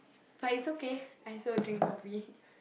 but it's okay I also drink coffee